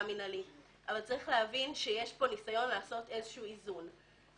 אבל צריך להבין שיש פה ניסיון לעשות איזה שהוא איזון.